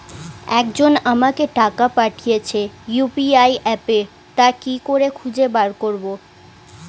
একজন আমাকে টাকা পাঠিয়েছে ইউ.পি.আই অ্যাপে তা কি করে খুঁজে বার করব?